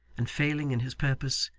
and failing in his purpose,